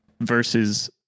Versus